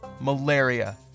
Malaria